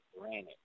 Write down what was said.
granted